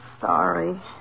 sorry